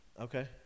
Okay